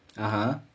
(uh huh)